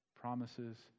promises